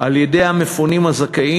על-ידי המפונים הזכאים,